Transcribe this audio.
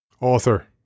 Author